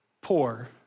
poor